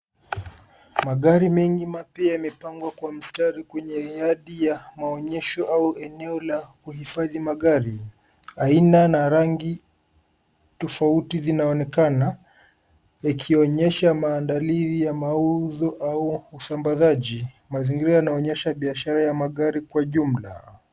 Magari mengi mapya yamepangwa kwa mstari kwenye yadi ya maonyesho au eneo la uhifadhi magari. Aina na rangi tofauti zinaonekana yakionyesha maandalizi ya mauzo au usambazaji. Mazingira yanaonyesha biashara ya magari kwa ujumla.